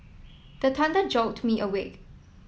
the thunder jolt me awake